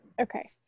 Okay